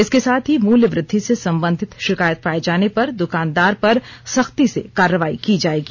इसके साथ ही मूल्य वृद्धि से संबंधित शिकायत पाए जाने पर दुकानदार पर सख्ती से कार्रवाई की जाएगी